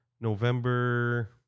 November